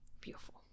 Beautiful